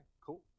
cool